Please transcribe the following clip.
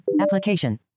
Application